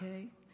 אוקיי.